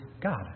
God